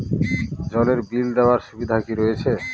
জলের বিল দেওয়ার সুবিধা কি রয়েছে?